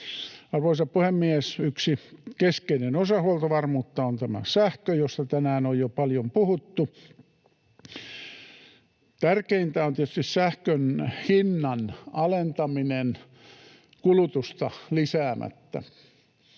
Arvoisa puhemies! Yksi keskeinen osa huoltovarmuutta on tämä sähkö, josta tänään on jo paljon puhuttu. Tärkeintä on tietysti sähkön hinnan alentaminen kulutusta lisäämättä.